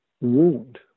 wound